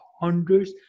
hundreds